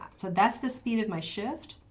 so that's the speed of my shift.